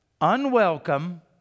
Unwelcome